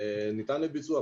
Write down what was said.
זה ניתן לביצוע,